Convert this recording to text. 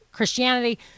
christianity